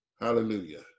Hallelujah